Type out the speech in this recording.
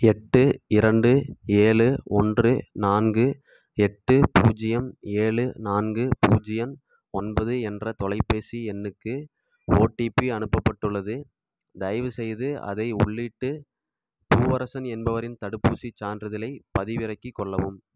எட்டு இரண்டு ஏழு ஒன்று நான்கு எட்டு பூஜ்ஜியம் ஏழு நான்கு பூஜ்ஜியம் ஒன்பது என்ற தொலைபேசி எண்ணுக்கு ஓடிபி அனுப்பப்பட்டுள்ளது தயவுசெய்து அதை உள்ளிட்டு பூவரசன் என்பவரின் தடுப்பூசிச் சான்றிதழைப் பதிவிறக்கிக் கொள்ளவும்